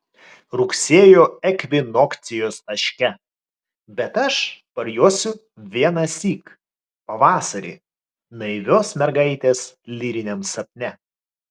rugsėjo ekvinokcijos taške bet aš parjosiu vienąsyk pavasarį naivios mergaitės lyriniam sapne